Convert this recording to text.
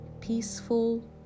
peaceful